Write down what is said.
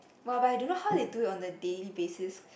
!wah! but I don't know how they do it on a daily basis